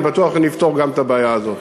ואני בטוח שנפתור גם את הבעיה הזאת.